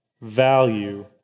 value